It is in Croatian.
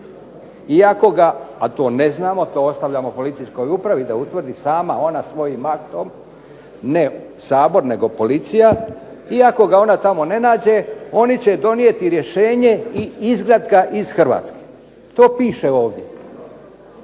I ako ga, a to ne znamo, to ostavljamo policijskoj upravi da utvrdi sama ona svojim aktom, ne Sabor nego policija, i ako ga ona tamo ne nađe oni će donijeti rješenje i izgnat ga iz Hrvatske. To piše ovdje.